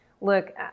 Look